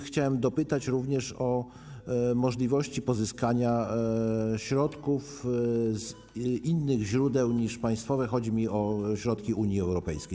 Chciałbym dopytać również o możliwości pozyskania środków z innych źródeł niż państwowe, chodzi mi o środki Unii Europejskiej.